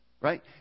Right